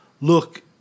look